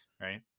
Right